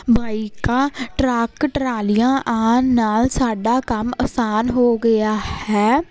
ਬਾਈਕਾਂ ਟਰੱਕ ਟਰਾਲੀਆਂ ਨਾਲ਼ ਸਾਡਾ ਕੰਮ ਅਸਾਨ ਹੋ ਗਿਆ ਹੈ